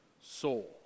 soul